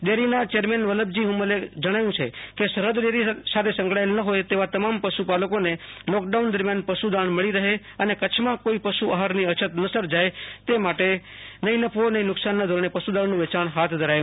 ડેરીના ચેરમેન વલમજી હુંબલે જણાવ્યું છે કે સરહ્દ ડેરી સાથે સંકળાયેલ ન હોય તેવા તમામ પશુપાલકોને લોકડાઉન દરમ્યાન પશુ દાણ મળી રહે અને કચ્છમાં કોઈ પશુ આહારની અછત ન સર્જાય તે માટે નહીં નફો નહીં નુકસાનના ધોરણે પશુદાણનું વેચાણ હાથ ધરાયુ છે